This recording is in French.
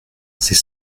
c’est